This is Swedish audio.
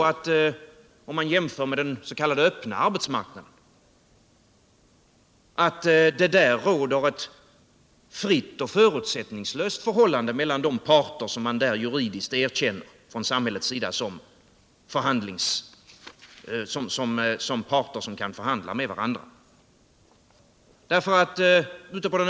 Och om man jämför med dens.k. öppna arbetsmarknaden, så måste man ju konstatera att det där inte råder ett fritt och förutsättningslöst förhållande mellan de parter som man från samhällets sida juridiskt erkänner som förhandlingsparter.